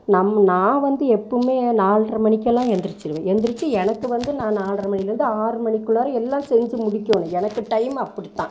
நம் நான் வந்து எப்போவுமே நால்ரை மணிக்கெல்லாம் எழுந்திருச்சிருவேன் எழுந்திருச்சி எனக்கு வந்து நான் நால்ரை மணிலேருந்து ஆறு மணிக்குள்ளாற எல்லா செஞ்சு முடிக்கணும் எனக்கு டைம் அப்படித்தான்